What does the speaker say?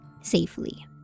safely